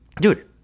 dude